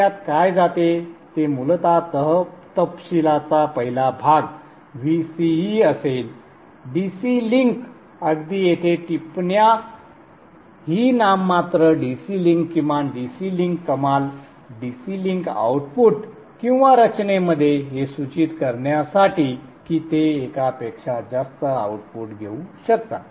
त्यात काय जाते ते मूलत तपशिलाचा पहिला भाग Vce असेल DC लिंक अगदी येथे टिप्पण्या ही नाममात्र DC लिंक किमान DC लिंक कमाल DC लिंक आउटपुट किंवा रचणेमध्ये हे सूचित करण्यासाठी की ते एकापेक्षा जास्त आउटपुट घेऊ शकतात